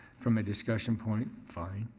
from a discussion point, fine.